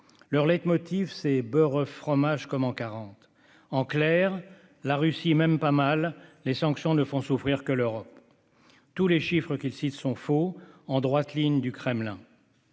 Leur leitmotiv, c'est « beurre oeufs fromage », comme en 40. En clair :« La Russie, même pas mal, les sanctions ne font souffrir que l'Europe. » Tous les chiffres qu'ils citent sont faux, issus en droite ligne du Kremlin.